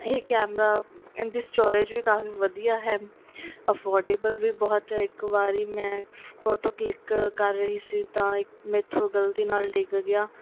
ਇਹ ਕੈਮਰਾ ਇਸਦੀ ਸਟੋਰੇਜ ਵੀ ਕਾਫੀ ਵਧੀਆ ਹੈ ਅਫੋਰਡੇਬਲ ਵੀ ਬਹੁਤ ਇੱਕ ਵਾਰੀ ਮੈਂ ਫੋਟੋ ਕਲਿੱਕ ਕਰ ਰਹੀ ਸੀ ਤਾਂ ਇੱਕ ਮੈਥੋਂ ਗਲਤੀ ਨਾਲ ਡਿੱਗ ਗਿਆ